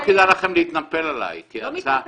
לא כדאי לכם להתנפל עליי כי ההצעה שלי --- אני לא מתנפלת,